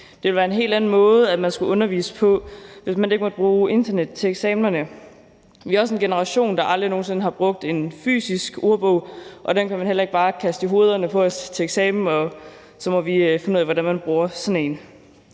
det ville være en helt anden måde, man skulle undervise på, hvis man ikke måtte bruge internet til eksamenerne. Vi er også en generation, der aldrig nogen sinde har brugt en fysisk ordbog, og den kan man heller ikke bare kaste i hovederne på os til eksamen, og så må vi finde ud af, hvordan man bruger sådan en.